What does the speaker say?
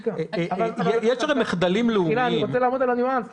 יש הרי מחדלים לאומיים.